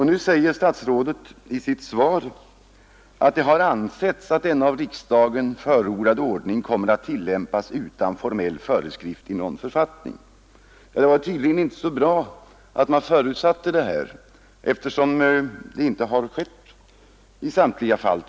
Nu säger statsrådet i sitt svar: ”Det har ansetts att denna av riksdagen förordade ordning kommer att tillämpas utan formell föreskrift i någon författning.” Det var tydligen inte så bra att man förutsatte detta, eftersom det inte har tillämpats i samtliga fall.